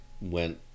went